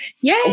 Yay